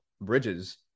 Bridges